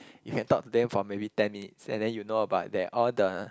you can talk to them for maybe ten minutes and then you know about that all the